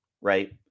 right